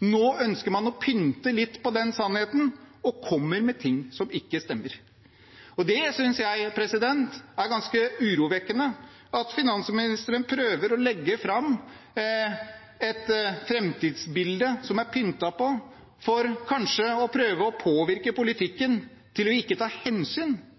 Nå ønsker man å pynte litt på den sannheten og kommer med ting som ikke stemmer. Jeg synes det er ganske urovekkende at finansministeren prøver å legge fram et framtidsbilde som er pyntet på, for kanskje å prøve å påvirke politikken til vi ikke tar hensyn